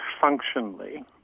functionally